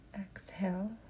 Exhale